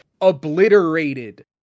obliterated